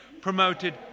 promoted